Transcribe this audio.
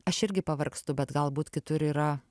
aš irgi pavargstu bet galbūt kitur yra